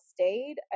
stayed